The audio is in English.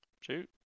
Shoot